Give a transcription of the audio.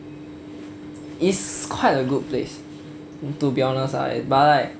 is quite a good place to be honest but right